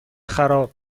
خراب